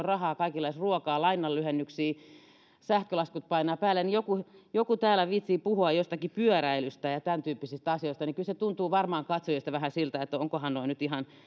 rahaa kaikilla edes ruokaan lainanlyhennyksiin sähkölaskut painavat päälle ja joku täällä viitsii puhua jostakin pyöräilystä ja ja tämäntyyppisistä asioista kyllä se tuntuu varmaan katsojista vähän siltä että ovatkohan nuo nyt ihan